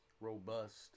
robust